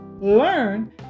learn